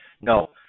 No